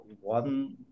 one